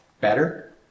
better